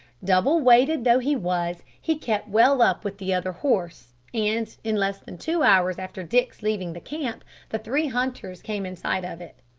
double weighted though he was, he kept well up with the other horse, and in less than two hours after dick's leaving the camp the three hunters came in sight of it.